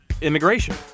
immigration